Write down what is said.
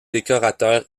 décorateur